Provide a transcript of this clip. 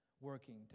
working